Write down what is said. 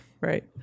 Right